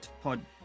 Pod